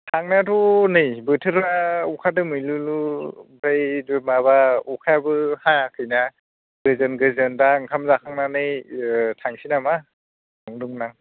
थांनायाथ' नै बोथोरा अखा दोमैलुलु ओमफ्राय माबा अखायाबो हायाखै ना गोजोन गोजोन दा ओंखाम जाखांनानै ओ थांसै नामा नंदोंमोन आं